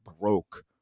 broke